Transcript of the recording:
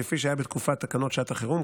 כפי שהיה בתקופת תקנות שעת החירום,